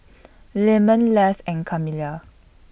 Lemon Les and Camilia